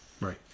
Right